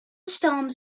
storms